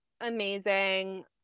amazing